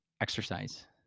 exercise